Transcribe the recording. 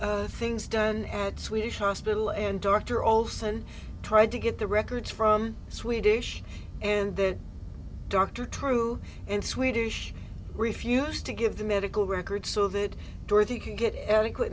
medical things done at swedish hospital and dr olson tried to get the records from swedish and the dr true and swedish refused to give the medical records so that dorothy can get adequate